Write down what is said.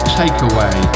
takeaway